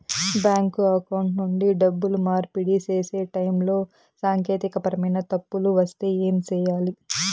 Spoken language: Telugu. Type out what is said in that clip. బ్యాంకు అకౌంట్ నుండి డబ్బులు మార్పిడి సేసే టైములో సాంకేతికపరమైన తప్పులు వస్తే ఏమి సేయాలి